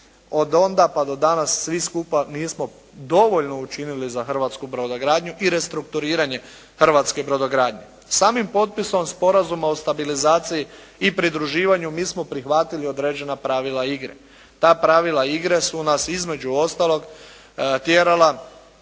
Od onda pa do danas svi skupa nismo dovoljno učinili za hrvatsku brodogradnju i restrukturiranje hrvatske brodogradnje. Samim potpisom Sporazuma o stabilizaciji i pridruživanju mi smo prihvatili određena pravila igre. Ta pravila igre su nas između ostalog tjerala